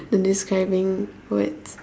the describing words